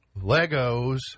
Legos